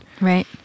right